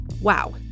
wow